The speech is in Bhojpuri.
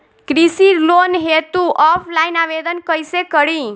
कृषि लोन हेतू ऑफलाइन आवेदन कइसे करि?